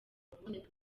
kuboneka